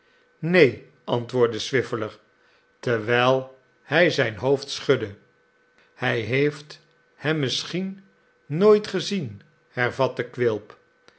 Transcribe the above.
neen antwoordde swiveller terwijl hij zijn hoofd schudde hij heeft hem misschien nooit gezien hervatte quilp